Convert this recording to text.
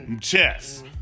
chess